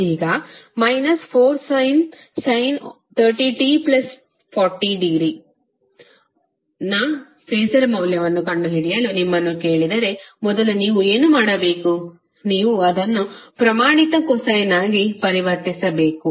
ಈಗ 4sin 30t40° of ನ phasor ಮೌಲ್ಯವನ್ನು ಕಂಡುಹಿಡಿಯಲು ನಿಮ್ಮನ್ನು ಕೇಳಿದರೆ ಮೊದಲು ನೀವು ಏನು ಮಾಡಬೇಕು ನೀವು ಅದನ್ನು ಪ್ರಮಾಣಿತ ಕೊಸೈನ್ ಆಗಿ ಪರಿವರ್ತಿಸಬೇಕು